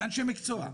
זה אנשי מקצוע,